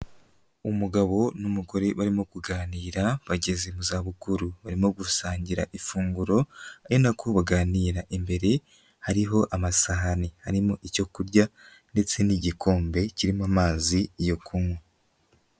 Umugabo n'umugore barimo kuganira, bageze mu za bukuru, barimo gusangira ifunguro ari nako baganira, imbere hariho amasahani, arimo icyo kurya ndetse n'igikombe kirimo amazi yo kunywa.